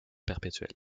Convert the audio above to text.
perpétuelle